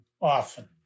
often